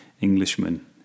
Englishman